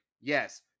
yes